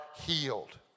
healed